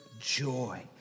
joy